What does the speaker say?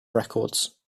records